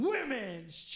Women's